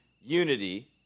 unity